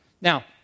Now